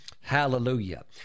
Hallelujah